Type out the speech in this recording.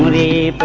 a